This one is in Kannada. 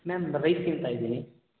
ಮ್ಯಾಮ್ ರೈಸ್ ತಿಂತಾ ಇದ್ದೀನಿ